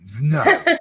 no